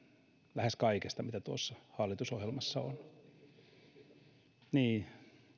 lähes kaikesta mitä tuossa hallitusohjelmassa on niin mutta